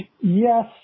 Yes